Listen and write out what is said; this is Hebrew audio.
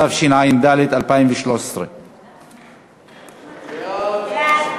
התשע"ד 2013. סעיפים